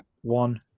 one